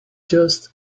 just